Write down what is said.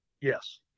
Yes